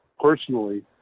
personally